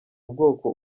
ubwoko